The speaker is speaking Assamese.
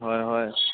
হয় হয়